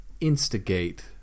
instigate